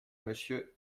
monsieur